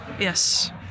Yes